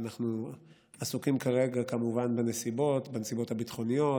אנחנו עסוקים כרגע כמובן בנסיבות הביטחוניות,